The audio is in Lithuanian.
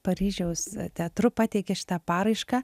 paryžiaus teatru pateikia šitą paraišką